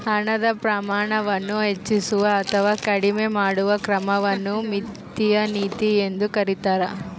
ಹಣದ ಪ್ರಮಾಣವನ್ನು ಹೆಚ್ಚಿಸುವ ಅಥವಾ ಕಡಿಮೆ ಮಾಡುವ ಕ್ರಮವನ್ನು ವಿತ್ತೀಯ ನೀತಿ ಎಂದು ಕರೀತಾರ